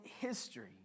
history